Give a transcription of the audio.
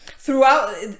Throughout